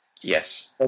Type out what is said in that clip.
Yes